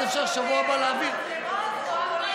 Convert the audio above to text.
ואז אפשר להביא בשבוע הבא,